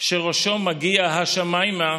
שראשו מגיע השמיימה